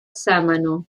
sámano